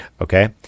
okay